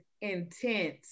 intense